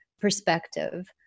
perspective